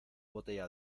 botella